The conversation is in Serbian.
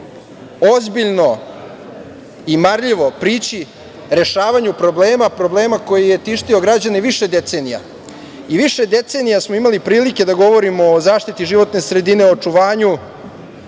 ozbiljno i marljivo prići rešavanju problema koji je tištio građane više decenija. Više decenija smo imali prilike da govorimo o zaštiti životne sredine, očuvanju